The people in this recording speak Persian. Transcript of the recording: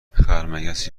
خرمگسی